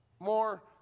more